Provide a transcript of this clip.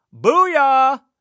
Booyah